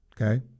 Okay